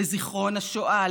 לזיכרון השואה,